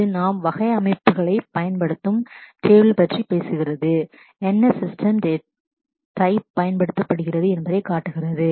இது நாம் வகை அமைப்புகளைப் பயன்படுத்தும் டேபிள் tables பற்றி பேசுகிறது என்ன சிஸ்டெம் டைப் system type பயன்படுத்தப்படுகிறது என்பதை காட்டுகிறது